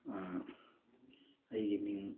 ꯑꯩꯒꯤ ꯃꯤꯡ